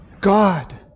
God